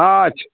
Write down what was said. अच्छा